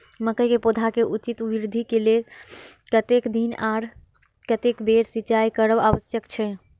मके के पौधा के उचित वृद्धि के लेल कतेक दिन आर कतेक बेर सिंचाई करब आवश्यक छे?